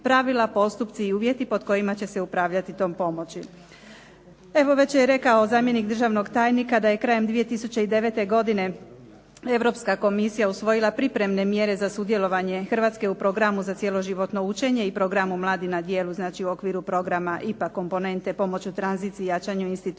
Evo već je rekao zamjenik državnog tajnika da je krajem 2009. godine Europska komisija usvojila pripremne mjere za sudjelovanje Hrvatske u programu za Cjeloživotno učenje i programu Mladi na djelu znači u okviru programa IPA komponente pomoć u tranziciji i jačanju institucija